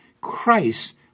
Christ